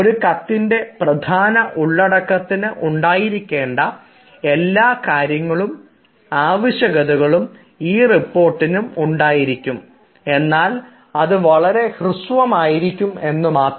ഒരു കത്തിൻറെ പ്രധാന ഉള്ളടക്കത്തിന് ഉണ്ടായിരിക്കേണ്ട എല്ലാം ആവശ്യകതകളും റിപ്പോർട്ടിനും ഉണ്ടായിരിക്കും എന്നാൽ അത് വളരെ ഹൃസ്വമായിരിക്കുമെന്ന് മാത്രം